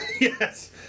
yes